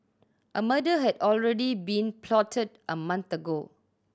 a murder had already been plotted a month ago